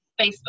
Facebook